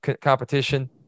competition